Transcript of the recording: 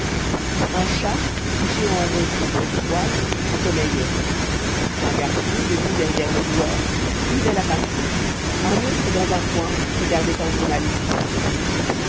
un chat couché en rond auprès du poêle sommeillait un garçon debout derrière les joueurs suivait la partie un autre dans un coin regardait un journal illustré